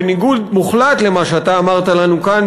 בניגוד מוחלט למה שאתה אמרת לנו כאן,